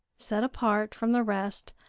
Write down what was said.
set apart from the rest,